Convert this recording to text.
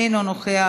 אינו נוכח,